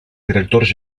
directors